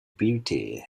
beauty